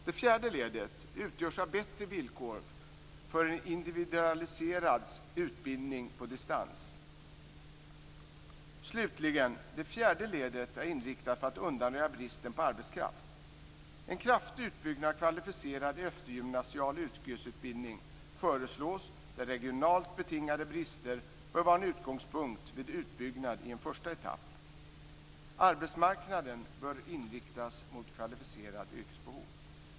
Det fjärde ledet utgörs av bättre villkor för en individualiserad utbildning på distans. Slutligen är det femte ledet inriktat på att undanröja bristen på arbetskraft. En kraftig utbyggnad av kvalificerad eftergymnasial yrkesutbildning föreslås där regionalt betingade brister bör vara en utgångspunkt vid utbyggnad i en första etapp. Arbetsmarknaden bör inriktas mot kvalificerad yrkesutbildning för att möta behoven.